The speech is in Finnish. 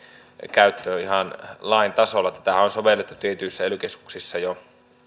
käyttöön ihan lain tasolla tätähän on sovellettu tietyissä ely keskuksissa jo